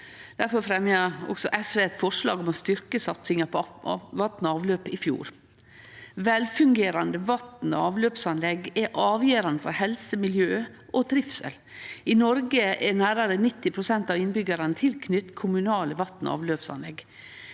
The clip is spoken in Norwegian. Difor fremja også SV eit forslag om å styrkje satsinga på vatn og avløp i fjor. Velfungerande vass- og avløpsanlegg er avgjerande for helse, miljø og trivsel. I Noreg er nærare 90 pst. av innbyggjarane knytte til kommunale vass- og avløpsanlegg.